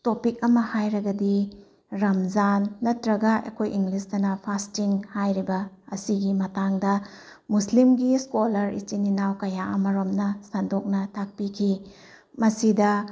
topic ꯑꯃ ꯍꯥꯏꯔꯒꯗꯤ ꯔꯥꯝꯖꯥꯟ ꯅꯠꯇ꯭ꯔꯒ ꯑꯩꯈꯣꯏ ꯏꯪꯂꯤꯁꯇꯅ ꯐꯥꯁꯇꯤꯡ ꯍꯥꯤꯔꯤꯕ ꯑꯁꯤꯒꯤ ꯃꯇꯥꯡꯗ ꯃꯨꯁꯂꯤꯝꯒꯤ ꯁ꯭ꯀꯣꯂ꯭ꯔ ꯏꯆꯤꯟ ꯏꯅꯥꯎ ꯀꯌꯥ ꯑꯃꯔꯣꯝꯅ ꯁꯟꯗꯣꯛꯅ ꯇꯥꯛꯄꯤꯈꯤ ꯃꯁꯤꯗ